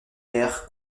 perd